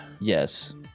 Yes